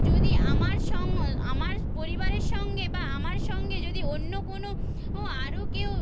যদি আমার সং আমার পরিবারের সঙ্গে বা আমার সঙ্গে যদি অন্য কোনো ও আরও কেউ